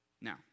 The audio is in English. Now